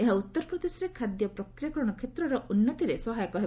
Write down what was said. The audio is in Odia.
ଏହା ଉଉରପ୍ରଦେଶର ଖାଦ୍ୟ ପ୍ରକ୍ରିୟାକରଣ କ୍ଷେତ୍ରର ଉନ୍ନତିରେ ସହାୟକ ହେବ